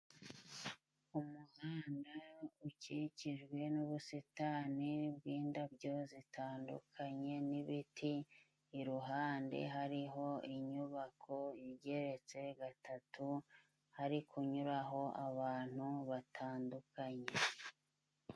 Umuhanda ukikijwe n'ubusitani bw'indabyo zitandukanye n'ibiti ,iruhande hariho inyubako igeretse gatatu, hari kunyuraho abantu batandukanye.